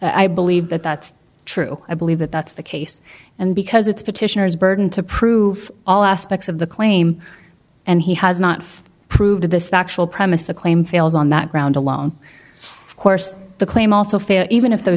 i believe that that's true i believe that that's the case and because it's petitioners burden to prove all aspects of the claim and he has not proved this factual premise the claim fails on that ground alone of course the claim also failed even if the